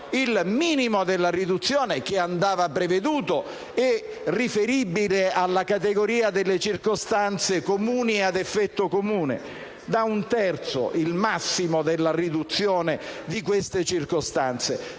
il minimo della riduzione che andava previsto è riferibile alla categoria delle circostanze comuni e ad effetto comune: «da un terzo», il massimo della riduzione di queste circostanze,